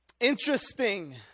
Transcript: interesting